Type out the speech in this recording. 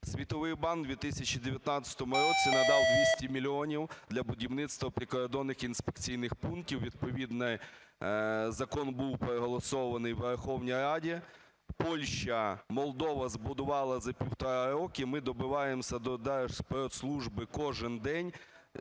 Світовий банк в 2019 році надав 200 мільйонів для будівництва прикордонних інспекційних пунктів, відповідний закон був проголосований у Верховній Раді. Польща, Молдова збудувала за півтора року, ми добиваємося до Держспецслужби кожен день